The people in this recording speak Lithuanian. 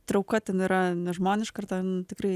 trauka ten yra nežmoniška ir ten tikrai